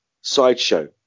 sideshow